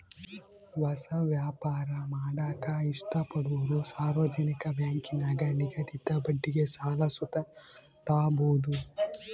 ಹೊಸ ವ್ಯಾಪಾರ ಮಾಡಾಕ ಇಷ್ಟಪಡೋರು ಸಾರ್ವಜನಿಕ ಬ್ಯಾಂಕಿನಾಗ ನಿಗದಿತ ಬಡ್ಡಿಗೆ ಸಾಲ ಸುತ ತಾಬೋದು